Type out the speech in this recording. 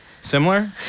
Similar